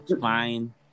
fine